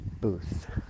booth